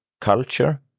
culture